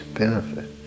benefit